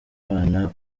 abana